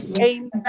amen